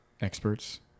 experts